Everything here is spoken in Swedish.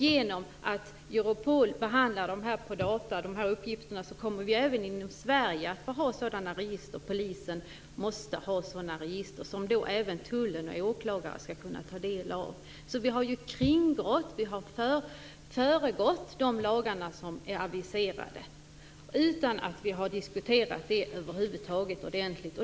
Genom att Europol behandlar dessa uppgifter med dator, kommer vi även i Sverige att föra dessa register. Polisen måste ha sådana register, som även tullen och åklagare skall kunna ta del av. Vi har alltså föregått de lagar som är aviserade utan att ha diskuterat den frågan ordentligt.